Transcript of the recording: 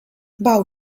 bał